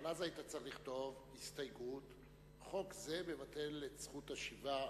אבל אז היית צריך לכתוב הסתייגות: חוק זה מבטל את זכות השיבה,